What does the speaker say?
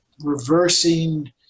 reversing